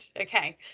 Okay